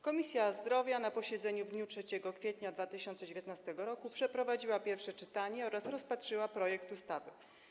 Komisja Zdrowia na posiedzeniu w dniu 3 kwietnia 2019 r. przeprowadziła pierwsze czytanie oraz rozpatrzyła projekt ustawy.